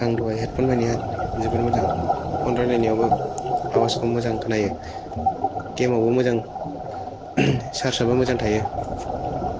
आं दहाय हेदफन बायनाया जोबोर मोजां फन रायलायनायावबो आवाजखौ मोजां खोनायो गेमावबो मोजां सार्जाबो मोजां थायो